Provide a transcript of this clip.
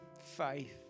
faith